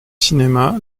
cinéma